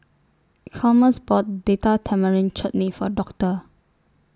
Chalmers bought Date Tamarind Chutney For Doctor